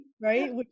right